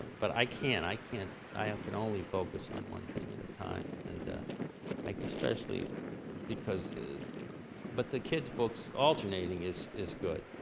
but i can't, i can't. i ah can only focus on one thing at a time. and like especially because but the kids books, alternating, is is good.